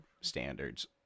standards